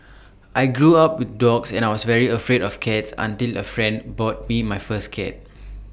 I grew up with dogs and I was very afraid of cats until A friend bought me my first cat